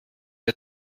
der